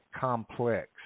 complex